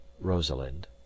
rosalind